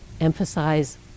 emphasize